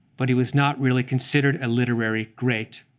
but he was not really considered a literary great.